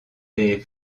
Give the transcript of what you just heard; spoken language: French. des